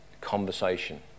conversation